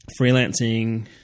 freelancing